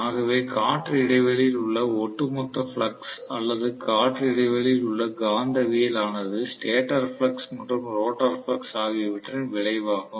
ஆகவே காற்று இடைவெளியில் உள்ள ஒட்டுமொத்த பிளக்ஸ் அல்லது காற்று இடைவெளியில் உள்ள காந்தவியல் ஆனது ஸ்டேட்டர் ஃப்ளக்ஸ் மற்றும் ரோட்டார் ஃப்ளக்ஸ் ஆகியவற்றின் விளைவாகும்